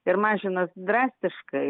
ir mažina drastiškai